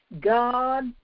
God